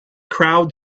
crowd